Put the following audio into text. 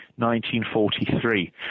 1943